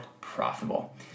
profitable